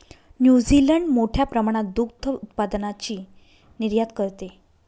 New Zealand मोठ्या प्रमाणात दुग्ध उत्पादनाची निर्यात करते